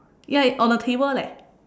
ya you on the table leh